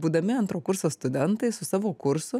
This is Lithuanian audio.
būdami antro kurso studentai su savo kursu